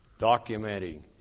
documenting